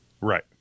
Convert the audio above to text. Right